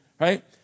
right